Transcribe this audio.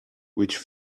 which